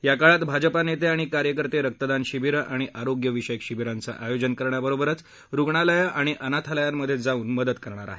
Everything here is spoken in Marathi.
या काळात भाजपा नेते आणि कार्यकर्ते रक्त दान शिबिरं आणि आरोग्य विषयक शिबिरांचं आयोजन करण्याबरोबर रुग्णालयं आणि अनाथालयांत जाऊन मदत करणार आहेत